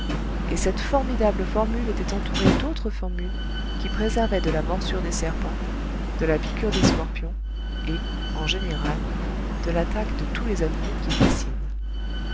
et cette formidable formule était entourée d'autres formules qui préservaient de la morsure des serpents de la piqûre des scorpions et en général de l'attaque de tous les animaux qui fascinent